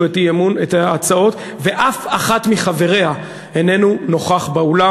את ההצעות ואף אחד מחבריהן איננו נוכח באולם.